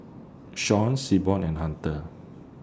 Shawn Seaborn and Hunter